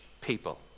people